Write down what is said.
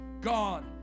God